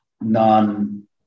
non